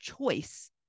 choice